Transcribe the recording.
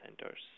centers